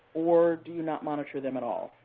or do you not monitor them at all?